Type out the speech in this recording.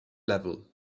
level